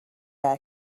air